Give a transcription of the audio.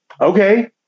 Okay